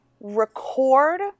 record